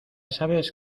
sabes